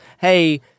hey